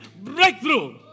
breakthrough